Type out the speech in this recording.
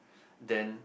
then